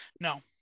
No